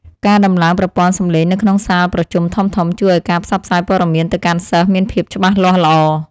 ការដំឡើងប្រព័ន្ធសម្លេងនៅក្នុងសាលប្រជុំធំៗជួយឱ្យការផ្សព្វផ្សាយព័ត៌មានទៅកាន់សិស្សមានភាពច្បាស់លាស់ល្អ។